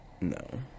no